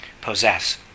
possess